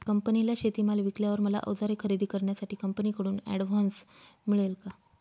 कंपनीला शेतीमाल विकल्यावर मला औजारे खरेदी करण्यासाठी कंपनीकडून ऍडव्हान्स मिळेल का?